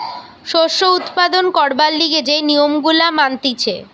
শস্য উৎপাদন করবার লিগে যে নিয়ম গুলা মানতিছে